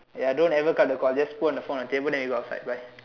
ya don't ever cut the call just put on the phone the table then you go outside bye